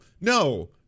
No